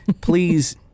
please